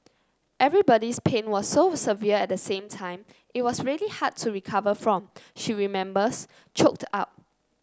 everybody's pain was so severe at the same time it was really hard to recover from she remembers choked up